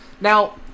Now